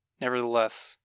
nevertheless